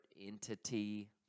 entity